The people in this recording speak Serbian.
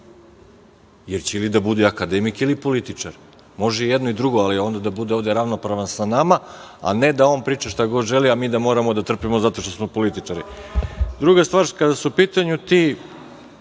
jer će ili da bude akademik ili političar. Može i jedno i drugo, ali onda da bude ovde ravnopravan sa nama, a ne da on priča šta želi, a mi da moramo da trpimo zato što smo političari. Druga stvar, kada su u pitanju ti